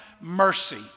mercy